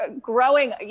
growing